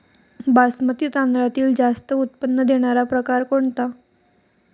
बासमती तांदळातील जास्त उत्पन्न देणारा प्रकार कोणता?